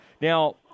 Now